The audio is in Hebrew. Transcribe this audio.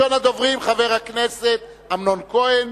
ראשון הדוברים, חבר הכנסת אמנון כהן.